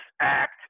act